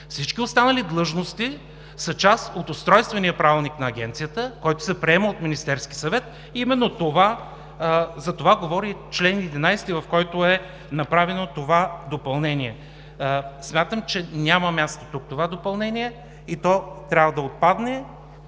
Всички останали длъжности са част от Устройствения правилник на Агенцията, който се приема от Министерския съвет. Затова говори чл. 11, в който е направено това допълнение. Смятам, че това допълнение тук няма място и то трябва да отпадне.